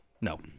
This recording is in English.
No